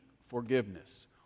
forgiveness